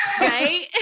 right